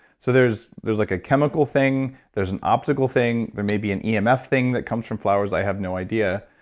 so there's a like ah chemical thing. there's an optical thing. there may be an emf thing that comes from flowers. i have no idea.